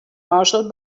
marshall